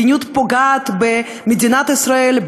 שהיא מדיניות שפוגעת במדינת ישראל,